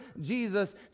Jesus